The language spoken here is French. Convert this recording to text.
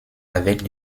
avec